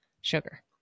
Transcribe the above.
sugar